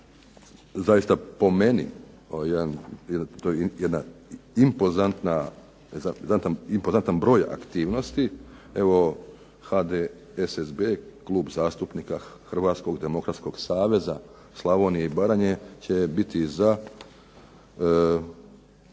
jedna impozantna, impozantan broj aktivnosti. Evo HDSSB, Klub zastupnika Hrvatskog demokratskog saveza Slavonije i Baranje će biti za